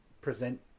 present